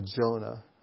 Jonah